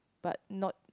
but not